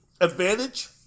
advantage